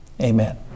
amen